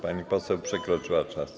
Pani poseł przekroczyła czas.